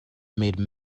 made